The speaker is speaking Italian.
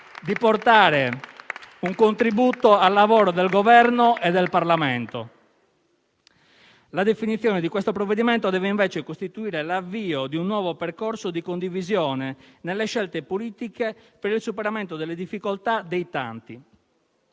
di portare un contributo al lavoro del Governo e del Parlamento. La definizione di questo provvedimento deve invece costituire l'avvio di un nuovo percorso di condivisione nelle scelte politiche per il superamento delle difficoltà dei tanti.